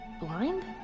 blind